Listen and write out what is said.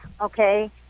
okay